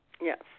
Yes